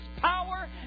power